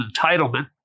entitlement